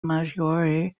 maggiore